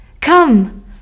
Come